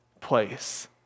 place